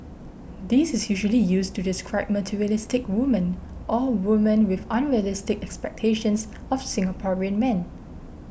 this is usually used to describe materialistic women or women with unrealistic expectations of Singaporean men